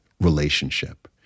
relationship